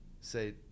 say